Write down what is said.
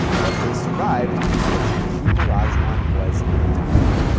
but they survived because hakeem olajuwon was indominable.